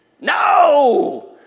No